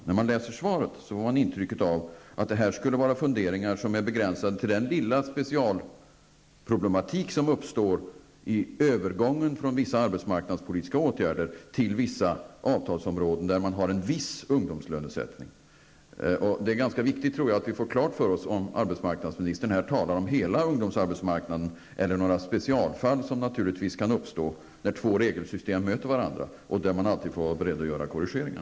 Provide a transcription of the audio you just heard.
När man läser svaret får man intrycket av att det skulle vara funderingar som är begränsade till den specialproblematik som uppstår vid övergång från vissa arbetsmarknadspolitiska åtgärder till vissa avtalsområden där man har en viss ungdomslönesättning. Det är ganska viktigt att vi får klart för oss om arbetsmarknadsministern här talar om hela ungdomsarbetsmarknaden eller om några specialfall, som naturligtvis kan uppstå när två regelsystem möter varandra, och där man alltid får vara beredd att göra korrigeringar.